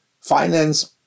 finance